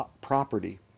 property